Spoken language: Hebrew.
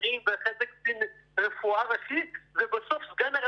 אחרים ואחר כך קצין רפואה ראשי ובסוף סגן הרמטכ"ל